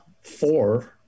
four